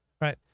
right